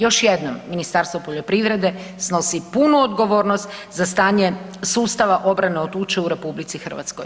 Još jednom, Ministarstvo poljoprivrede snosi punu odgovornost za stanje sustava obrane od tuče u RH.